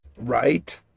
Right